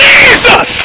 Jesus